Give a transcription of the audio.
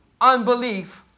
unbelief